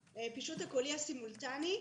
הפישוט הקולי הסימולטני,